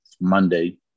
Monday